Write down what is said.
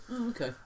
Okay